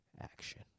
action